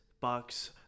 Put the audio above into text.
bucks